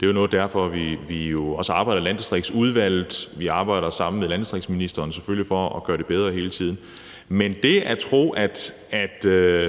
Det er jo derfor, vi også i Landdistriktsudvalget selvfølgelig arbejder sammen med landdistriktsministeren for at gøre det bedre hele tiden. Men det at tro, at